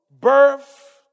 birth